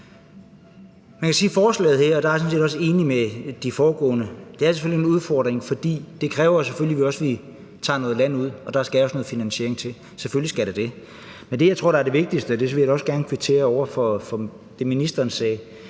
forhold til forslaget her er jeg sådan set også enig med de foregående ordførere. Det er selvfølgelig en udfordring, fordi det kræver, at vi tager noget land ud, og der skal også noget finansiering til. Selvfølgelig skal der det. Men det, jeg tror er det vigtigste – og det vil jeg også gerne kvittere for i forhold til det, ministeren sagde